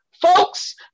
folks